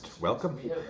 welcome